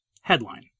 Headline